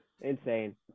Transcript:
insane